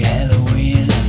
Halloween